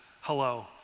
hello